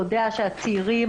יודע שהצעירים,